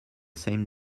same